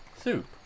soup